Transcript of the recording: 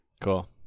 cool